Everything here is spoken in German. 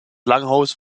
langhaus